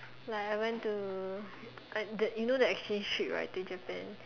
like I went to uh the you know the exchange trip right to Japan